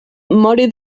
mori